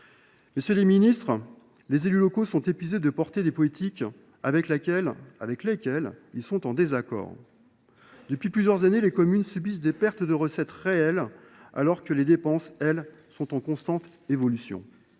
Messieurs les ministres, les élus locaux sont épuisés d’assumer des politiques avec lesquelles ils sont en désaccord. Depuis plusieurs années, les communes subissent des pertes de recettes réelles, alors que les dépenses, elles, sont en constante progression.